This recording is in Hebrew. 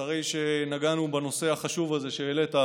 אחרי שנגענו בנושא החשוב הזה שהעלית,